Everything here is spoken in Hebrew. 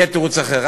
יהיה תירוץ אחר.